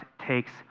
takes